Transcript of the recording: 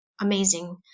amazing